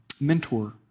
mentor